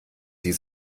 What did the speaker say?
sie